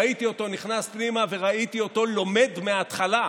ראיתי אותו נכנס פנימה וראיתי אותו לומד מההתחלה,